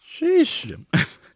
Sheesh